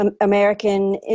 American